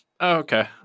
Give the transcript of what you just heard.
okay